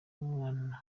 umwana